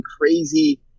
crazy